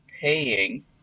paying